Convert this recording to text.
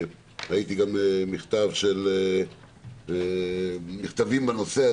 ראיתי מכתבים בנושא,